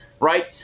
right